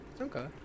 Okay